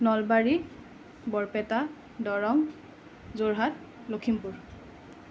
Nalbari Barpeta Darrang Jorhat Lakhimpur